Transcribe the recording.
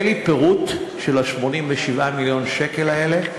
אין לי פירוט של 87 מיליון השקל האלה,